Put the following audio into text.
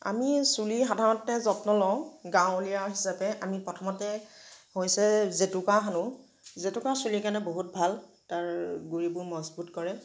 আমি চুলিৰ সাধাৰণতে যত্ন লওঁ গাঁৱলীয়া হিচাবে আমি প্ৰথমতে হৈছে জেতুকা সানোঁ জেতুকা চুলিৰ কাৰণে বহুত ভাল তাৰ গুৰিবোৰ মজবুত কৰে